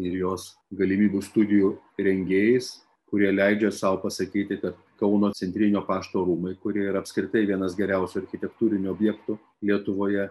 ir jos galimybių studijų rengėjais kurie leidžia sau pasakyti kad kauno centrinio pašto rūmai kurie ir apskritai vienas geriausių architektūrinių objektų lietuvoje